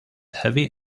heavy